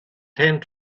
ten